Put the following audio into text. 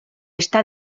està